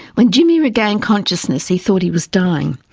when jimmy regained consciousness he thought he was dying.